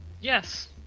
Yes